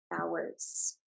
hours